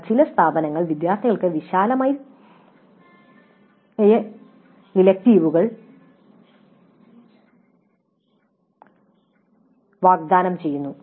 എന്നാൽ ചില സ്ഥാപനങ്ങൾ വിദ്യാർത്ഥികൾക്ക് വിശാലമായ തിരഞ്ഞെടുപ്പ് വാഗ്ദാനം ചെയ്യുന്നു